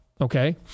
okay